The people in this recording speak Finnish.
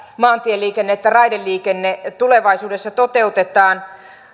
maantieliikenne että raideliikenne tulevaisuudessa toteutetaan